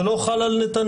זה לא חל על נתניהו,